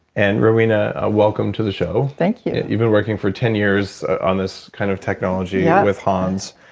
and rowena welcome to the show thank you you've been working for ten years on this kind of technology yep. with hans,